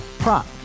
Prop